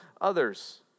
others